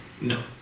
no